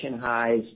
highs